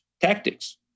tactics